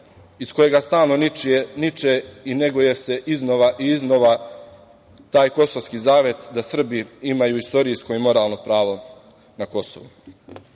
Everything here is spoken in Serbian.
iz kojega stalno niče i neguje se iznova i iznova taj kosovski zavet da Srbi imaju istorijsko i moralno pravo na Kosovu. Takođe,